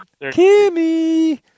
Kimmy